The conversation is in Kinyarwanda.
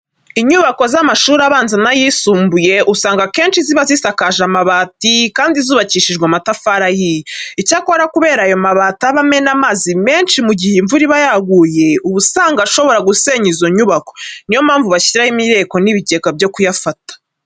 Inyubako z'amashuri abanza n'ayisumbuye usanga akenshi ziba zisakaje amabati kandi zubakishije amatafari ahiye. Icyakora kubera ko ayo mabati aba amena amazi menshi mu gihe imvura iba yaguye, uba usanga ashobora gusenya izo nyubako. Ni yo mpamvu bashyiraho imireko n'ibigega byo kuyafata.